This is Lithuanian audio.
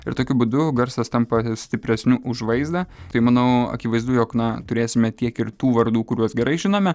ir tokiu būdu garsas tampa stipresniu už vaizdą tai manau akivaizdu jog na turėsime tiek ir tų vardų kuriuos gerai žinome